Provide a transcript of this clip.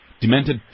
Demented